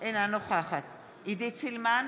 אינה נוכחת עידית סילמן,